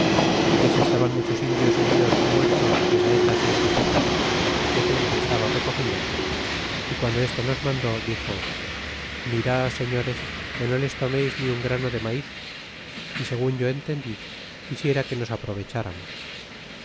é que si estaban muchos indios heridos ó muertos de saetas y escopetas é que gente estaba recogida guando esto nos mandó dixo miré señores que no les tomeis ni un grano de maiz y segun yo entendí quisiera que nos aprovecháramos